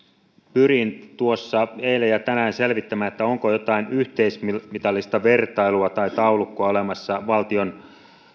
pyrin tuossa eilen ja tänään selvittämään onko jotain yhteismitallista vertailua tai taulukkoa olemassa valtion